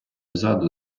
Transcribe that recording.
ззаду